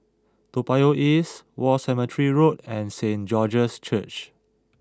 Toa Payoh East War Cemetery Road and Saint George's Church